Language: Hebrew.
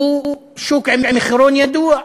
הוא שוק עם מחירון ידוע.